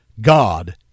God